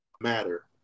Matter